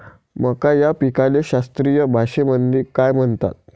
मका या पिकाले शास्त्रीय भाषेमंदी काय म्हणतात?